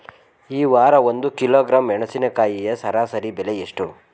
ಈ ವಾರ ಒಂದು ಕಿಲೋಗ್ರಾಂ ಮೆಣಸಿನಕಾಯಿಯ ಸರಾಸರಿ ಬೆಲೆ ಎಷ್ಟು?